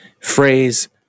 phrase